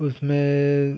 उसमें